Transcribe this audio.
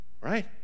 right